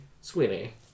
Sweeney